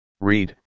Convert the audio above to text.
Read